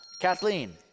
Kathleen